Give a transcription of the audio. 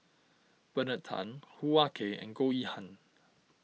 Bernard Tan Hoo Ah Kay and Goh Yihan